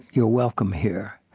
you're welcome here.